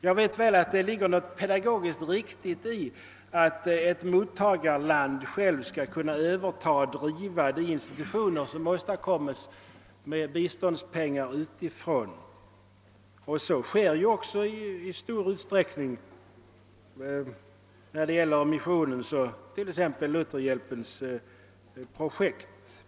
Jag vet att det ligger någonting pedagogiskt riktigt i tanken att ett mottagarland självt skall kunna överta och driva de institutioner som åstadkoms med biståndspengar utifrån, och så sker även i stor utsträckning när det gäller missionen och t.ex. Lutherhjälpens projekt.